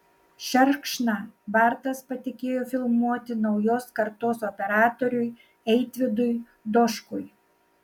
šerkšną bartas patikėjo filmuoti naujos kartos operatoriui eitvydui doškui